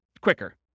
quicker